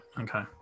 okay